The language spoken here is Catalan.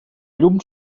llum